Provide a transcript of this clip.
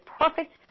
perfect